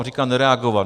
Říká nereagovat.